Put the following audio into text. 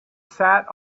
sat